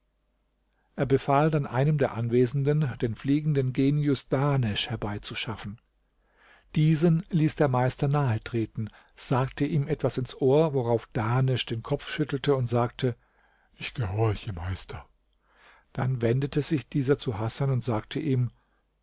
er befahl dann einem der anwesenden den fliegenden genius dahnesch herbeizuschaffen diesen ließ der meister nahe treten sagte ihm etwas ins ohr worauf dahnesch den kopf schüttelte und sagte ich gehorche meister dann wendete sich dieser zu hasan und sagte ihm